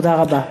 תודה רבה.